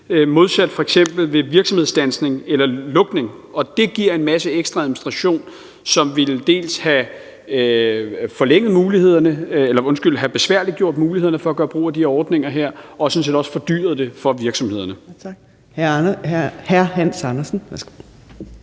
modsat f.eks. ved virksomhedsstandsning eller -lukning. Og det giver en masse ekstra administration, som dels ville have besværliggjort mulighederne for at gøre brug af de ordninger her, dels sådan set også fordyret det for virksomhederne. Kl. 13:57 Fjerde